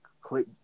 click